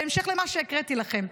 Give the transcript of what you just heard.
בהמשך למה שהקראתי לכם: